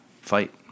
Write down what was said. fight